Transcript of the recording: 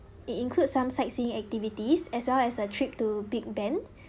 it includes some sightseeing activities as well as a trip to big ben